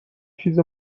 چیز